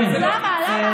למה, למה, למה?